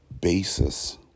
basis